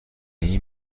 این